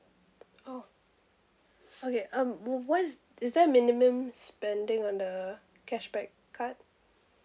oh okay um w~ what's is there a minimum spending on the cashback card